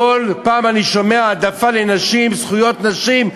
כל פעם אני שומע העדפה לנשים, זכויות נשים.